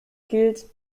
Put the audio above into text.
gilt